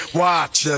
watch